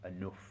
enough